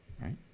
right